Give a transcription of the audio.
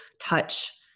touch